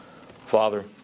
Father